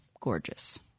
gorgeous